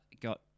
got